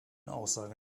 aussage